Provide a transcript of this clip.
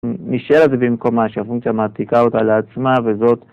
נשאר את זה במקומה שהפונקציה מעתיקה אותה לעצמה, וזאת...